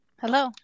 Hello